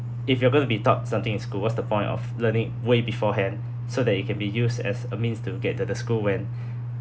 if you are going to be taught something in school what's the point of learning way beforehand so that it can be used as a means to get to the school when